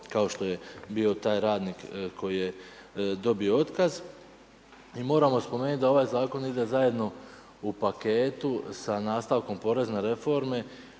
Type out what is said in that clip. kao što je bio taj radnik koji je dobio otkaz. I moramo spomenuti da ovaj zakon ide zajedno u paketu sa nastavkom porezne reforme